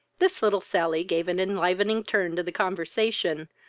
this little sally gave an enlivening turn to the conversation,